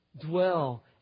dwell